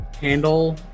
handle